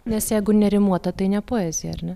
nes jeigu nerimuota tai ne poezija ar ne